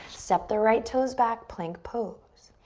step the right toes back, plank pose.